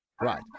Right